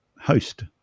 host